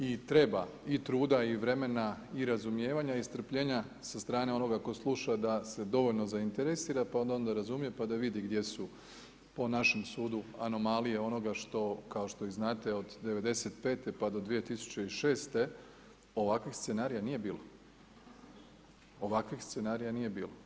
I treba i truda i vremena i razumijevanja i strpljenja sa strane onoga tko sluša da se dovoljno zainteresira pa onda da razumije pa da vidi gdje su po našem sudu anomalije onoga što, kao što i znate od '95. pa do 2006. ovakvih scenarija nije bilo, ovakvih scenarija nije bilo.